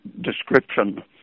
description